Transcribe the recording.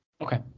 Okay